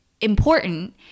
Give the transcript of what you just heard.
important